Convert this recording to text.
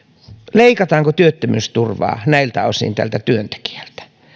leikataanko työttömyysturvaa näiltä osin tältä työntekijältä